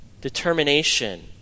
determination